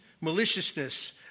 maliciousness